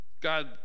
God